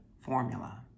formula